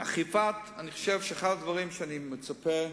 אני חושב שאחד הדברים שאני מצפה: